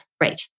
right